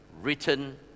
written